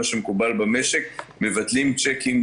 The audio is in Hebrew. מה שמקובל במשק מבטלים צ'קים,